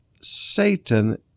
Satan